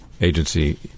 agency